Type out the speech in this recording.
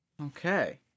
Okay